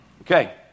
Okay